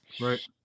right